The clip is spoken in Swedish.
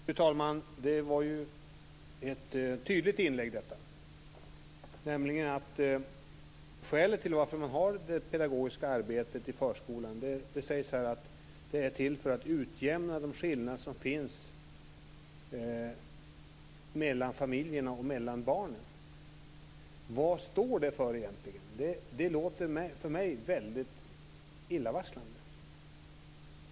Fru talman! Detta var ett tydligt inlägg. Det sägs här att det pedagogiska arbetet i förskolan är till för att utjämna de skillnader som finns mellan familjerna och mellan barnen. Vad står detta för egentligen? Det låter för mig väldigt illavarslande.